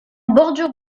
bordure